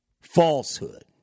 falsehood